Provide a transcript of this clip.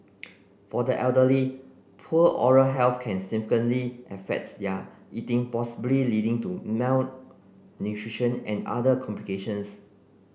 for the elderly poor oral health can significantly affect their eating possibly leading to malnutrition and other complications